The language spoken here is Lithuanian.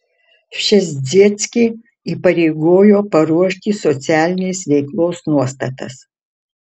pšezdzieckį įpareigojo paruošti socialinės veiklos nuostatas